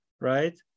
Right